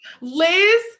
Liz